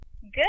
Good